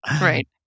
Right